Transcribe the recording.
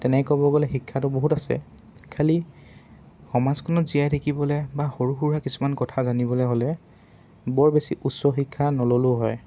তেনেকৈ ক'ব গ'লে শিক্ষাটো বহুত আছে খালি সমাজখনত জীয়াই থাকিবলৈ বা সৰু সুৰা কিছুমান কথা জানিবলৈ হ'লে বৰ বেছি উচ্চ শিক্ষা নল'লেও হয়